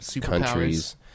Countries